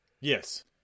Yes